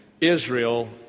Israel